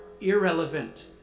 irrelevant